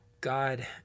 God